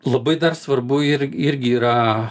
labai dar svarbu ir irgi yra